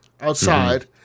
outside